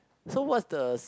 so what the